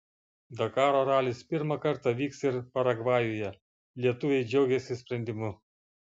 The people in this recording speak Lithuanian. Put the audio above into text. dakaro ralis pirmą kartą vyks ir paragvajuje lietuviai džiaugiasi sprendimu